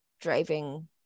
driving